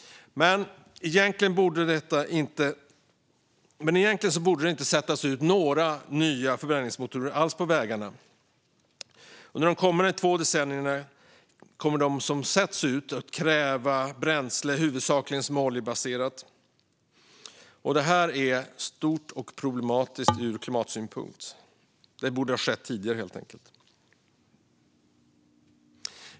Men egentligen borde det inte sättas ut några nya förbränningsmotorer alls på vägarna. Under de kommande två decennierna kommer de som sätts ut att kräva flytande bränsle som huvudsakligen är oljebaserat. Det är ett stort problem ur klimatsynpunkt. Förbudet borde komma tidigare.